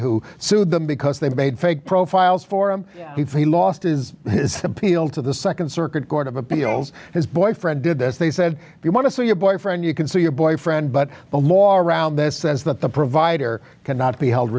who sued them because they made fake profiles for him before he lost his his appeal to the second circuit court of appeals his boyfriend did as they said if you want to sell your boyfriend you can sue your boyfriend but the law around this says that the provider cannot be held